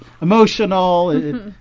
emotional